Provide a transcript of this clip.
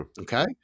okay